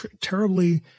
terribly